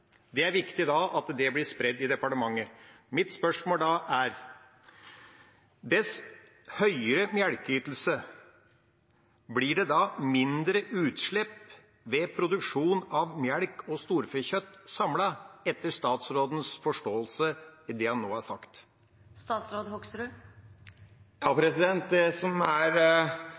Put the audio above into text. er det viktig at det blir spredt i departementet. Mitt spørsmål er: Vil det, dess høyere melkeytelsen blir, bli mindre utslipp ved produksjon av melk og storfekjøtt samlet, etter statsrådens forståelse og det han nå har sagt? Det som er